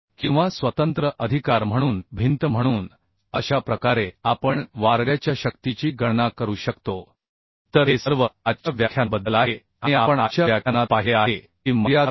किंवा स्वतंत्र अधिकार म्हणून भिंत म्हणून अशा प्रकारे आपण वाऱ्याच्या शक्तीची गणना करू शकतो तर हे सर्व आजच्या व्याख्यानाबद्दल आहे आणि आपण आजच्या व्याख्यानात पाहिले आहे की मर्यादा का आहे